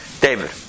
David